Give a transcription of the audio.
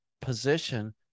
position